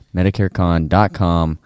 MedicareCon.com